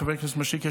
חבר הכנסת מישרקי,